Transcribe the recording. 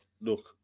look